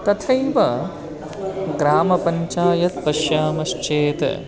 तथैव ग्रामपञ्चायत् पश्यामश्चेत्